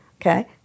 okay